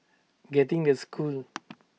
getting the school